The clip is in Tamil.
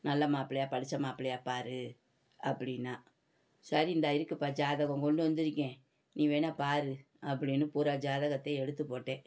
நல்ல மாப்பிளையாக படித்த மாப்பிளையாக பார் அப்படின்னா சரி இந்தா இருக்குதுப் பார் ஜாதகம் கொண்டு வந்திருக்கேன் நீ வேணால் பார் அப்படின்னு பூரா ஜாதகத்தையும் எடுத்துப் போட்டேன்